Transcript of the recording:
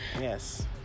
yes